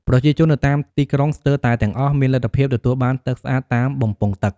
ប្រជាជននៅតាមទីក្រុងស្ទើរតែទាំងអស់មានលទ្ធភាពទទួលបានទឹកស្អាតតាមបំពង់ទឹក។